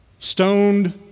Stoned